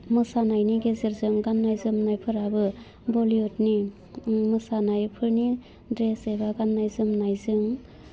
मोसानायनि गेजेरजों गान्नाय जोमनायफ्राबो बलीयुदनि मोसानायफोरनि ड्रेस एबा गान्नाय जोमनायजों